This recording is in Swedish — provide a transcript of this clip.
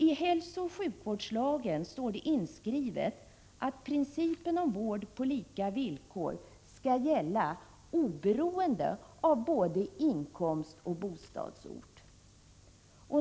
I hälsooch sjukvårdslagen står det inskrivet att principen om vård på lika villkor skall gälla oberoende av både inkomst och bostadsort.